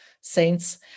Saints